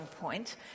point